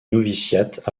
noviciat